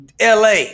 LA